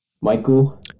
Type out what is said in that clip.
michael